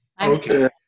Okay